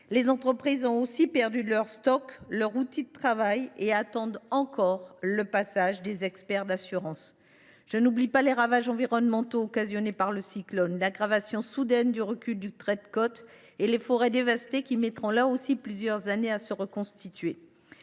Les entreprises ont, elles aussi, perdu leur stock et leur outil de travail. Elles attendent encore le passage des experts d’assurance. Je n’oublie pas les ravages environnementaux occasionnés par le cyclone, par exemple l’aggravation soudaine du recul du trait de côte et la dévastation des forêts. Ces dernières mettront elles aussi plusieurs années à se reconstituer.